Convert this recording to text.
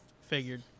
figured